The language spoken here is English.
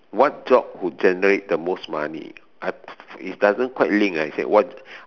what job would generate the most money I is doesn't quite link ah I say what